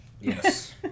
Yes